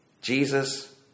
Jesus